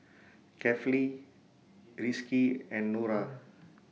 Kefli Rizqi and Nura